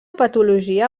patologia